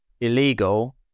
illegal